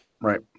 Right